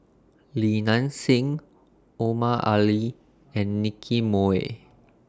Li Nanxing Omar Ali and Nicky Moey